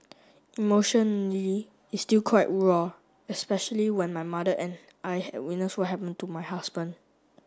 emotionally it's still quite raw especially when my mother and I had witnessed what happened to my husband